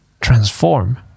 transform